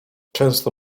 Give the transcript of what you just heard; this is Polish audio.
często